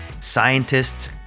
scientists